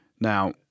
Now